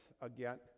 again